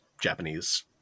Japanese